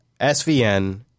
SVN